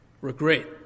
regret